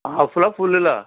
హాఫ్లా ఫుల్లులా